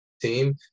team